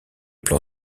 plan